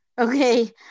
Okay